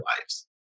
lives